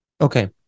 Okay